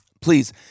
Please